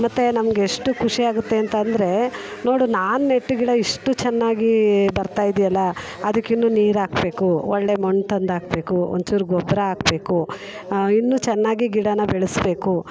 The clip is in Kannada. ಮತ್ತೆ ನಮ್ಗೆ ಎಷ್ಟು ಖುಷಿಯಾಗುತ್ತೆ ಅಂತ ಅಂದರೆ ನೋಡು ನಾನು ನೆಟ್ಟ ಗಿಡ ಇಷ್ಟು ಚೆನ್ನಾಗಿ ಬರ್ತಾಯಿದೆಯಲ್ಲಾ ಅದಕ್ಕೆ ಇನ್ನೂ ನೀರು ಹಾಕ್ಬೇಕು ಒಳ್ಳೆ ಮಣ್ಣು ತಂದು ಹಾಕ್ಬೇಕು ಒಂಚೂರು ಗೊಬ್ಬರ ಹಾಕ್ಬೇಕು ಇನ್ನೂ ಚೆನ್ನಾಗಿ ಗಿಡಾನ ಬೆಳೆಸಬೇಕು